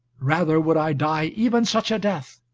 rather would i die even such a death,